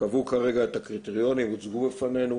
קבעו כרגע את הקריטריונים שהוצגו בפנינו.